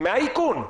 מהאיכון.